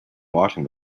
washing